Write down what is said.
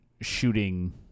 shooting